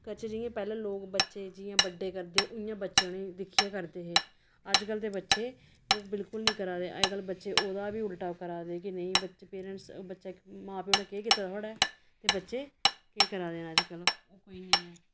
बच्चे जियां पैह्ले लोक बच्चे जियां बड्डे करदे उ'यां बच्चे उ'नेंगी दिक्खियै करदे हे अज्जकल दे बच्चे ओह् बिल्कुल निं करा दे अज्जकल बच्चे ओह् ओह्दा बी उल्टा करा दे नेईं बच्चे पेरैंटस बच्चे मां प्यो ने केह् कीते दा ते बच्चे केह् करा दे न अज्जकल इ'यां इ'यां